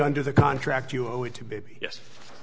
under the contract you owe it to baby yes